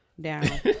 down